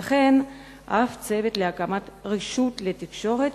וכן צוות להקמת רשות לתקשורת,